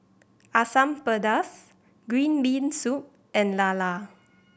Asam Pedas green bean soup and lala